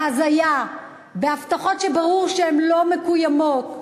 בהזיה, בהבטחות שברור שהן לא מקוימות,